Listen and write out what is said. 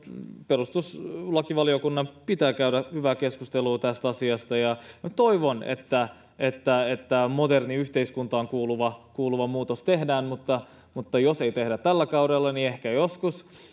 perustuslakivaliokunnan pitää käydä hyvää keskustelua tästä asiasta ja toivon että että moderniin yhteiskuntaan kuuluva kuuluva muutos tehdään mutta mutta jos ei tehdä tällä kaudella niin ehkä joskus